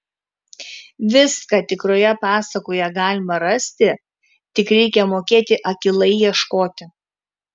viską tikroje pasakoje galima rasti tik reikia mokėti akylai ieškoti